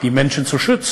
של אלה היושבים